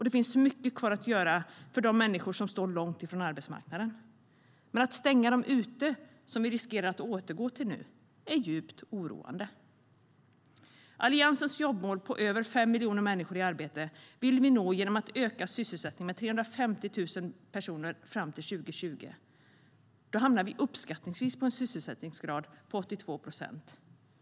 Det finns mycket kvar att göra för de människor som står långt från arbetsmarknaden, men att stänga dem ute, vilket vi riskerar att återgå till nu, är djupt oroande. Alliansens jobbmål på över 5 miljoner människor i arbete vill vi nå genom att öka sysselsättningen med 350 000 personer fram till 2020. Då hamnar vi uppskattningsvis på en sysselsättningsgrad på 82 procent.